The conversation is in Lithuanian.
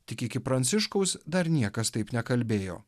tik iki pranciškaus dar niekas taip nekalbėjo